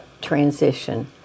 transition